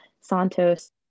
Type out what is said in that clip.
Santos